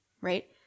Right